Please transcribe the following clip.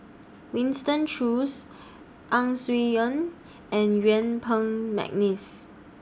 Winston Choos Ang Swee and Yuen Peng Mcneice